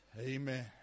amen